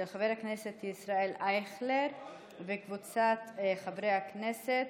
של חבר הכנסת ישראל אייכלר וקבוצת חברי הכנסת.